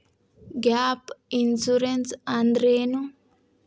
Gap insurance ಅಂದ್ರೇನು?